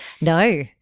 No